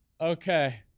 okay